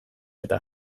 eta